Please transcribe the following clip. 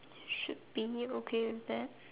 should be okay with that